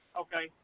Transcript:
Okay